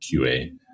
QA